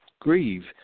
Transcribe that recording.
grieve